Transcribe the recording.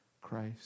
Christ